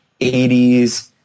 80s